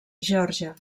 geòrgia